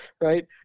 right